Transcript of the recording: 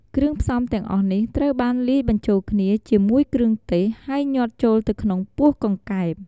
គ្រឿងផ្សំទាំងអស់នេះត្រូវបានលាយបញ្ចូលគ្នាជាមួយគ្រឿងទេស ហើយញ៉ាត់ចូលទៅក្នុងពោះកង្កែប។